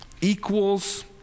equals